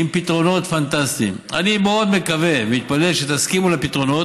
אני מסכים איתך.